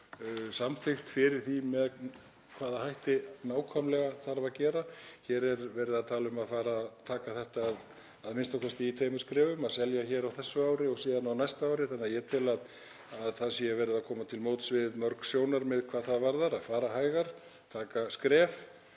samþykkt fyrir því með hvaða hætti nákvæmlega þarf að gera. Hér er verið að tala um að taka þetta a.m.k. í tveimur skrefum, að selja hér á þessu ári og síðan á næsta ári, þannig að ég tel að það sé verið að koma til móts við mörg sjónarmið hvað það varðar að fara hægar, taka skref